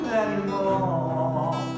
anymore